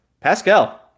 Pascal